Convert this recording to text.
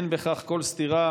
אין בכך כל סתירה